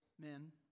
Men